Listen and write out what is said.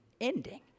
ending